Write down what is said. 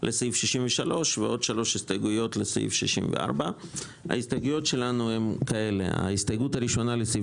לסעיף 63 ועוד 3 הסתייגויות לסעיף 64. ההסתייגות הראשונה לסעיף